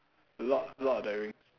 lord lord of the rings